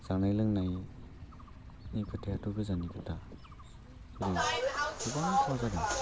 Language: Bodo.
जानाय लोंनायनि खोथायाथ' गोजाननि खोथा जेरै गोबां खहा जादों